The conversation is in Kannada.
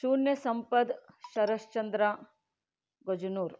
ಶೂನ್ಯ ಸಂಪದ್ ಶರಶ್ಚಂದ್ರ ಗಜ್ನೂರ್